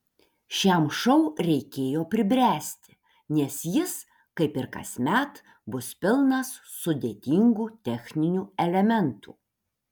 šiam šou reikėjo pribręsti nes jis kaip ir kasmet bus pilnas sudėtingų techninių elementų